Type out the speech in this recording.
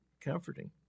comforting